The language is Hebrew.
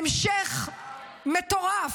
זה המשך מטורף